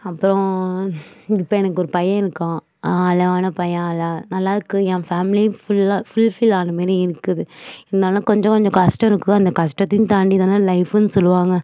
அப்புறோம் இப்போ எனக்கு ஒரு பையன் இருக்கான் அழகான பையன் அல நல்லா இருக்கு ஏன் ஃபேமிலியும் ஃபுல்லாக ஃபுல்ஃபில் ஆன மாதிரி இருக்குது இருந்தாலும் கொஞ்சம் கொஞ்சம் கஷ்டம் இருக்கு அந்த கஷ்டத்தையும் தாண்டி தானே லைஃப்னு சொல்லுவாங்க